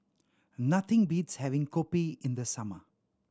nothing beats having kopi in the summer